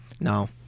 No